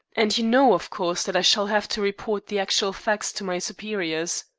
and you know, of course, that i shall have to report the actual facts to my superiors.